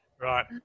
Right